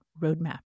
roadmap